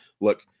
Look